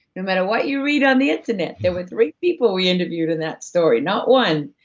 no matter what you read on the internet, there were three people we interviewed in that story, not one.